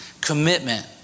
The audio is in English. commitment